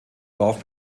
dorf